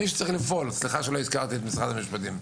מי שצריך לפעול סליחה שלא הזכרתי את משרד המשפטים,